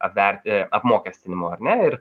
apverti apmokestinimo ar ne ir